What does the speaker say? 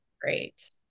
Great